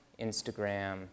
Instagram